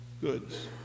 goods